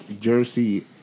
Jersey